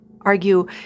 argue